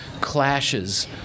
clashes